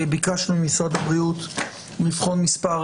ביקשנו ממשרד הבריאות לבחון מספר